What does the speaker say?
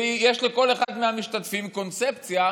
ויש לכל אחד מהמשתתפים קונספציה,